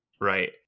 right